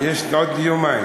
יש עוד יומיים